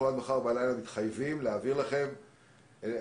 עד מחר בלילה אנחנו מתחייבים להגיד לכם אם